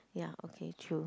ya okay true